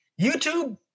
youtube